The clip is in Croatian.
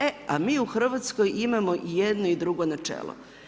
E, a mi u Hrvatskoj imamo i jedno i drugo načelo.